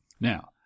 Now